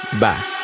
Bye